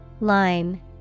Line